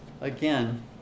again